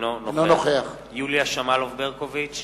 אינו נוכח יוליה שמאלוב-ברקוביץ,